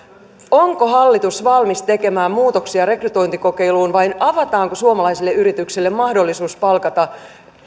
onko hallitus valmis tekemään muutoksia rekrytointikokeiluun vai avataanko suomalaisille yrityksille mahdollisuus palkata